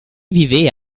vivait